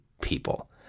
people